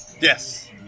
Yes